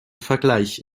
vergleich